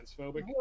transphobic